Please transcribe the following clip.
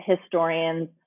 historians